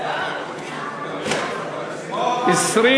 לא נתקבלה.